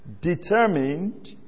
determined